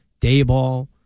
Dayball